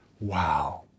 Wow